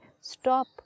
Stop